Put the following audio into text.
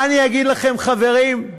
מה אני אגיד לכם, חברים,